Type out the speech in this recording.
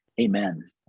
Amen